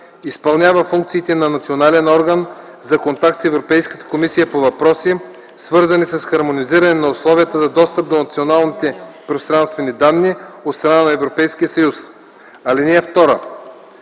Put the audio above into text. изпълнява функциите на национален орган за контакт с Европейската комисия по въпроси, свързани с хармонизиране на условията за достъп до националните пространствени данни от страна на Европейския съюз. (2)